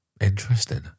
interesting